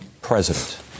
president